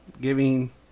giving